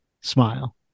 smile